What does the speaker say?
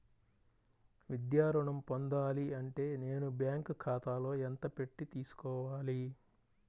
విద్యా ఋణం పొందాలి అంటే నేను బ్యాంకు ఖాతాలో ఎంత పెట్టి తీసుకోవాలి?